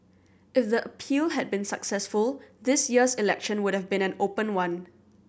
if the appeal had been successful this year's election would have been an open one